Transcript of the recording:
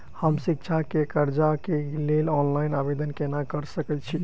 हम शिक्षा केँ कर्जा केँ लेल ऑनलाइन आवेदन केना करऽ सकल छीयै?